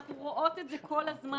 אנחנו רואות את זה כל הזמן